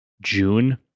June